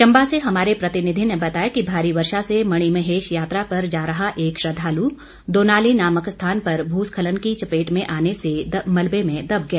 चंबा से हमारे प्रतिनिधि ने बताया कि भारी वर्षा से मणिमहेश यात्रा पर जा रहा एक श्रद्धालु दोनाली नामक स्थान पर भूस्खलन की चपेट में आने में मलबे में दब गया